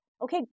Okay